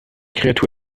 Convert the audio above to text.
kreatur